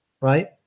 right